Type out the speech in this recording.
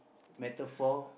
metaphor